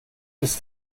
ist